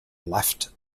left